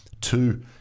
Two